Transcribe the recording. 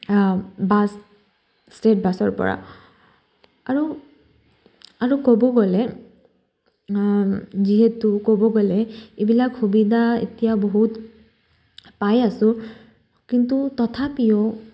bus state বাছৰ পৰা আৰু আৰু ক'ব গ'লে যিহেতু ক'ব গ'লে এইবিলাক সুবিধা এতিয়া বহুত পাই আছোঁ কিন্তু তথাপিও